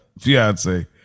fiance